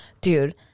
Dude